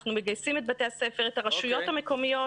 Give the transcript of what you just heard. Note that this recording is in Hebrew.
אנחנו מגייסים את בתי הספר, את הרשויות המקומיות.